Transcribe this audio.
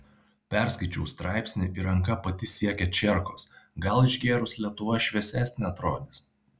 perskaičiau straipsnį ir ranka pati siekia čierkos gal išgėrus lietuva šviesesne atrodys